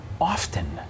often